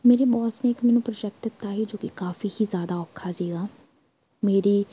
ਮੇਰੇ ਬੋਸ ਨੇ ਇੱਕ ਮੈਨੂੰ ਪ੍ਰੋਜੈਕਟ ਦਿੱਤਾ ਸੀ ਜੋ ਕਿ ਕਾਫ਼ੀ ਹੀ ਜ਼ਿਆਦਾ ਔਖਾ ਸੀਗਾ ਮੇਰੀ